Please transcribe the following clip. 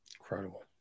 Incredible